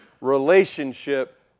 relationship